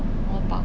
我饱